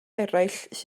eraill